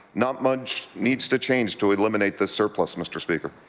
not much needs to change to eliminate the surplus, mr. speaker.